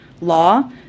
law